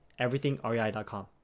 everythingrei.com